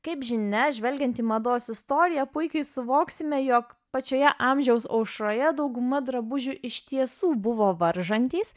kaip žinia žvelgiant į mados istoriją puikiai suvoksime jog pačioje amžiaus aušroje dauguma drabužių iš tiesų buvo varžantys